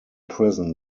prison